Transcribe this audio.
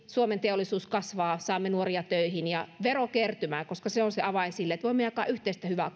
suomen teollisuus kasvaa saamme nuoria töihin ja verokertymää koska se on se avain sille että voimme jakaa yhteistä hyvää